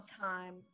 time